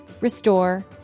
restore